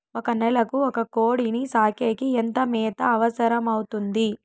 ఒక నెలకు ఒక కోడిని సాకేకి ఎంత మేత అవసరమవుతుంది?